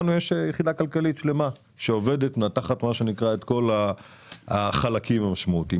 כך לנו יש יחידה כלכלית שלמה שמנתחת את כל החלקים המשמעותיים.